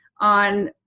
on